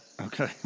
Okay